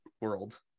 world